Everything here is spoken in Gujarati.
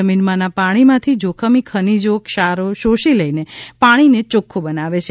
જમીનમાના પાણીમાથી જોખમી ખનીજો ક્ષારો શોષી લઇને પાણીને ચોખ્ખું બનાવે છે